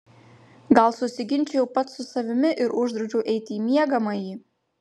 gal susiginčijau pats su savimi ir uždraudžiau eiti į miegamąjį